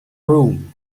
room